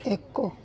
ଏକ